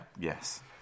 Yes